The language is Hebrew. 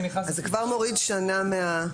אז זה כבר מוריד שנה מהתקופה.